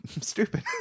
stupid